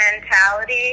mentality